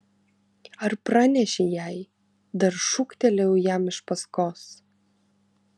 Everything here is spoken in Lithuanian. ar pranešei jai dar šūktelėjau jam iš paskos